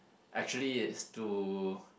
actually it's to